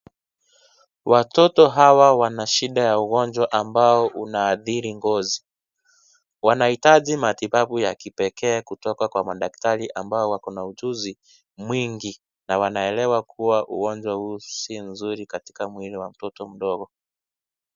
Watoto hawa wana shida ya ugonjwa ambao unaathiri ngozi. Wanaitaji matibabu ya kipekee kutoka kwa madaktari ambao wako na ujuzi mwingi. Na wanaelewa kuwa ugonjwa huu si nzuri katika mwili wa mtoto mdogo.